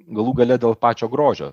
galų gale dėl pačio grožio